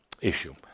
issue